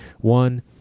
One